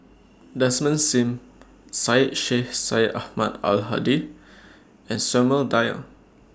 Desmond SIM Syed Sheikh Syed Ahmad Al Hadi and Samuel Dyer